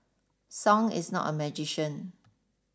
song is not a magician